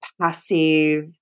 passive